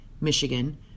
Michigan